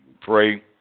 pray